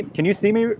can you see me?